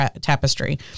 tapestry